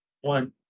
one